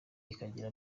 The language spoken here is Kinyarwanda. ikagira